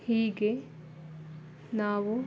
ಹೀಗೆ ನಾವು